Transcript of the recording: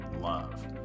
love